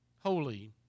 holy